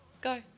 Go